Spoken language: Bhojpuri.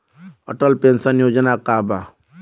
अटल पेंशन योजना का बा?